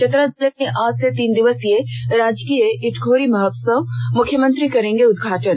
चतरा जिले में आज से तीन दिवसीय राजकीय इटखोरी महोत्सव मुख्यमंत्री करेंगे उद्घाटन